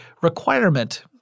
requirement